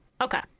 Okay